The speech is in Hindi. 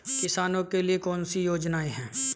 किसानों के लिए कौन कौन सी योजनाएं हैं?